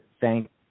thank